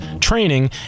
training